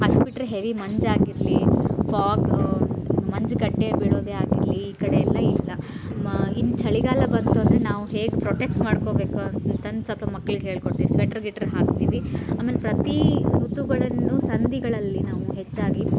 ಅಷ್ಟು ಬಿಟ್ಟರೆ ಹೆವಿ ಮಂಜಾಗಿರಲಿ ಫಾಗು ಮಂಜುಗಡ್ಡೆ ಬೀಳೋದೆ ಆಗಿರಲಿ ಈ ಕಡೆಯೆಲ್ಲ ಇಲ್ಲ ಇನ್ನು ಚಳಿಗಾಲ ಬಂತು ಅಂದರೆ ನಾವು ಹೇಗೆ ಪ್ರೊಟೆಕ್ಟ್ ಮಾಡ್ಕೋಬೇಕು ಅಂತಂದು ಸ್ವಲ್ಪ ಮಕ್ಳಿಗೆ ಹೇಳ್ಕೊಡ್ತೀವಿ ಸ್ವೇಟ್ರ್ ಗಿಟ್ರ್ ಹಾಕ್ತೀವಿ ಆಮೇಲೆ ಪ್ರತಿ ಋತುಗಳನ್ನು ಸಂಧಿಗಳಲ್ಲಿ ನಾವು ಹೆಚ್ಚಾಗಿ